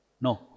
No